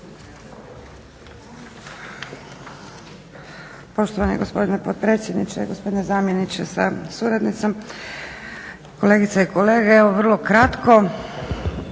Poštovani gospodine potpredsjedniče, gospodine zamjeniče sa suradnicom, kolegice i kolege. Evo vrlo kratko